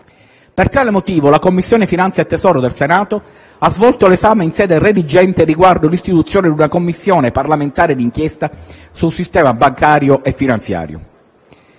Per tale motivo, la Commissione finanze e tesoro del Senato ha svolto l'esame in sede redigente riguardo l'istituzione di una Commissione parlamentare di inchiesta sul sistema bancario e finanziario.